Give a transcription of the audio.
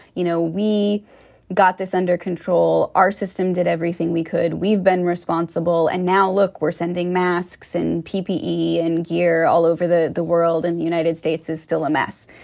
you know, we got this under control. our system did everything we could. we've been responsible. and now, look, we're sending masks and ppe ppe and gear all over the the world. and the united states is still a mess.